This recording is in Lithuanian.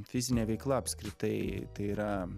fizinė veikla apskritai tai yra